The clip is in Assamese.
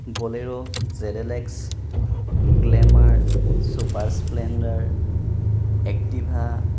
Bolero Z L X Glamour super Splendor Activa